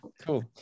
Cool